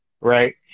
Right